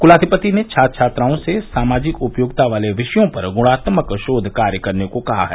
कुलाधिपति ने छात्र छात्राओं से सामाजिक उपयोगिता वाले विषयों पर गुणात्मक शोध कार्य करने को कहा है